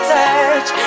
touch